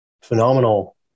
Phenomenal